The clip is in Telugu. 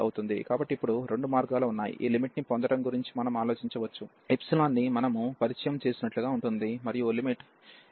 కాబట్టి ఇప్పుడు రెండు మార్గాలు ఉన్నాయి ఈ లిమిట్ ని పొందడం గురించి మనం ఆలోచించవచ్చు ని మనము పరిచయం చేసినట్లుగా ఉంటుంది మరియు ϵ→0